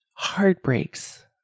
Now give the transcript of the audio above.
Heartbreaks